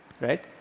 right